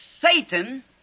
Satan